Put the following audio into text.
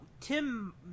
tim